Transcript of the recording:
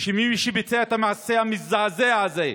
שמי שביצע את המעשה המזעזע הזה,